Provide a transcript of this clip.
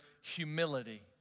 humility